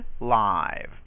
live